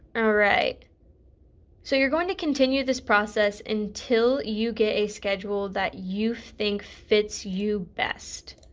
alright so you're going to continue this process until you get a schedule that you think fits you best